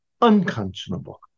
unconscionable